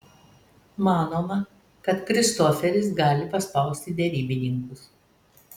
manoma kad kristoferis gali paspausti derybininkus